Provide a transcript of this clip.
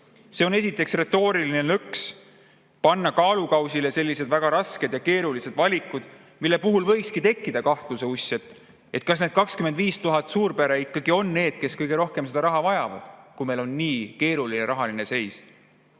See on esiteks retooriline nõks panna kaalukausile sellised väga rasked ja keerulised valikud, mille puhul võikski tekkida kahtluseuss, et kas need 25 000 suurperet ikkagi on need, kes kõige rohkem seda raha vajavad, kui meil on nii keeruline rahaline seis.